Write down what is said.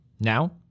Now